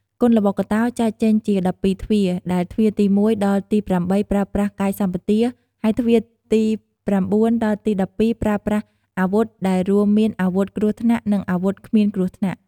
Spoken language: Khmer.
គុនល្បុក្កតោ ចែកចេញជា ១២ទ្វារ ដែល ទ្វារទី១ ដល់ទី៨ ប្រើប្រាស់ កាយសម្បទា ហើយទ្វារទី៩ ដល់ទី១២ ប្រើប្រាស់ អាវុធ ដែលរួមមានអាវុធគ្រោះថ្នាក់ និងអាវុធគ្មានគ្រោះថ្នាក់ ។